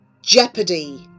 Jeopardy